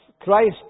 Christ